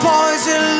Poison